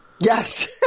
yes